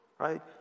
Right